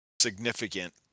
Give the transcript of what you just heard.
significant